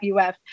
UF